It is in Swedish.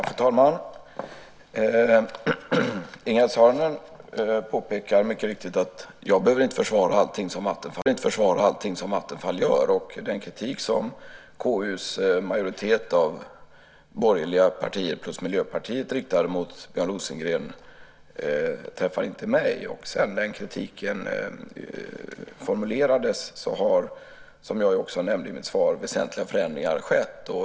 Fru talman! Ingegerd Saarinen påpekar mycket riktigt att jag inte behöver försvara allting som Vattenfall gör. Den kritik som KU:s majoritet av borgerliga partier plus Miljöpartiet riktade mot Björn Rosengren träffar inte mig. Sedan den kritiken formulerades har, som jag också nämnde i mitt svar, väsentliga förändringar skett.